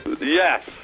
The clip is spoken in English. Yes